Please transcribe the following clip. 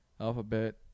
Alphabet